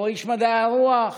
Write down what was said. או איש מדעי הרוח,